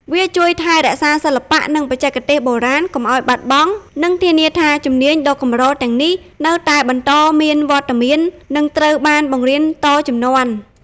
វាជួយថែរក្សាសិល្បៈ និងបច្ចេកទេសបុរាណកុំឲ្យបាត់បង់ និងធានាថា ជំនាញដ៏កម្រ ទាំងនេះនៅតែបន្តមានវត្តមាន និងត្រូវបានបង្រៀនតជំនាន់។